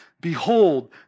Behold